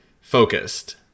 focused